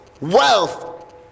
Wealth